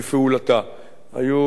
היו לנו כמה בעיות,